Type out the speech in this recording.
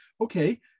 okay